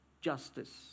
justice